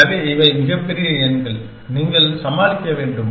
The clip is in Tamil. எனவே இவை மிகப் பெரிய எண்கள் நீங்கள் சமாளிக்க வேண்டும்